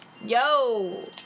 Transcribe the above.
yo